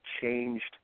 changed